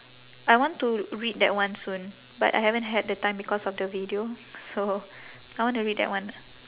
I want to read that one soon but I haven't had the time because of the video so I want to read that one